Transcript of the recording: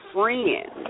friends